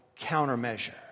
countermeasure